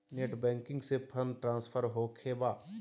Net banking से fund transfer होखें बा?